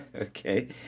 okay